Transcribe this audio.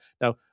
Now